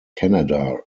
canada